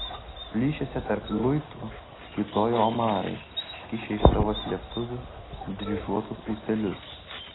plyšiuose tarp luitų kiūtojo omarai iškišę iš savo slėptuvių dryžuotus ūselius